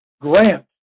grant